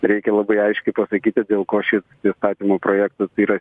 reikia labai aiškiai pasakyti dėl ko šis įstatymo projektas yra